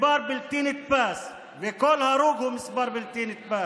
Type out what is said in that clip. מספר בלתי נתפס, וכל הרוג הוא מספר בלתי נתפס,